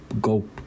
go